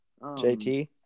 JT